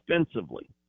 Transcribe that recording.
offensively